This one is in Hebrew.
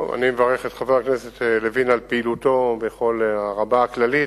אני מברך את חבר הכנסת לוין על פעילותו בכל הרמה הכללית,